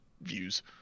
views